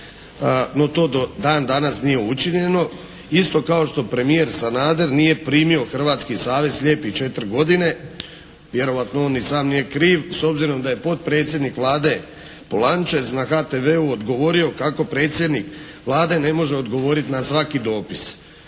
no to do dan danas nije učinjeno. Isto kao što premijer Sanader nije primio Hrvatski savez slijepih 4 godine. Vjerojatno on ni sam nije kriv s obzirom da je potpredsjednik Vlade Polančec na HTV-u odgovorio kako predsjednik Vlade ne može odgovoriti na svaki dopis.